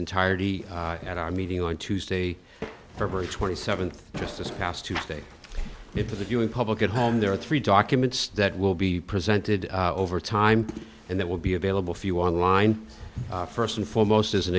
entirety at our meeting on tuesday february twenty seventh just this past tuesday it for the viewing public at home there are three documents that will be presented over time and that will be available for you on line first and foremost as an